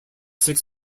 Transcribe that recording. six